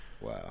Wow